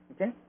Okay